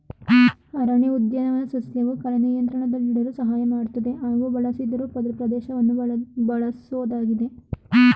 ಅರಣ್ಯಉದ್ಯಾನ ಸಸ್ಯವು ಕಳೆ ನಿಯಂತ್ರಣದಲ್ಲಿಡಲು ಸಹಾಯ ಮಾಡ್ತದೆ ಹಾಗೂ ಬಳಸದಿರೋ ಪ್ರದೇಶವನ್ನ ಬಳಸೋದಾಗಿದೆ